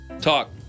Talk